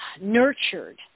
nurtured